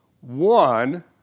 one